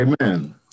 Amen